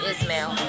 Ismail